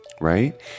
right